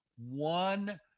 one